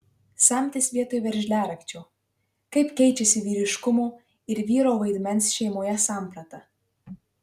samtis vietoj veržliarakčio kaip keičiasi vyriškumo ir vyro vaidmens šeimoje samprata